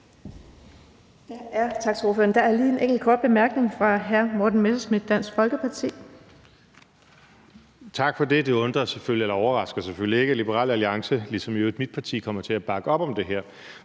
Tak for det. Det overrasker selvfølgelig ikke, at Liberal Alliance ligesom i øvrigt mit parti kommer til at bakke op om det her.